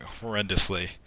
horrendously